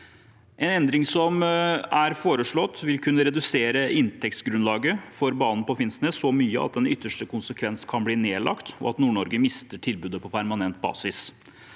En endring som den som er foreslått, vil også kunne redusere inntektsgrunnlaget for banen på Finnsnes så mye at den i ytterste konsekvens kan bli nedlagt, og at Nord-Norge kan miste tilbudet på permanent basis.